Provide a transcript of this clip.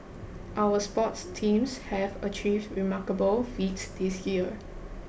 our sports teams have achieved remarkable feats this year